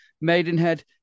Maidenhead